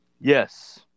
Yes